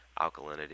alkalinity